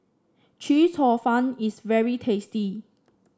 Chee Cheong Fun is very tasty